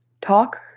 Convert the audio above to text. talk